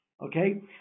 Okay